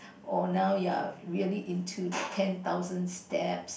or now you're really into the ten thousand steps